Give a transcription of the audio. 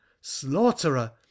slaughterer